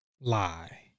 lie